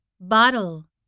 bottle